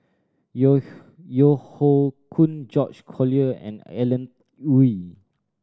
Yeo Yeo Hoe Koon George Collyer and Alan Oei